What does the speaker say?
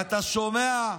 אתה שומע,